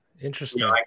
interesting